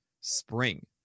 spring